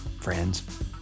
Friends